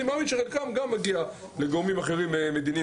אני מאמין שחלקן מגיעות לגורמים מדיניים.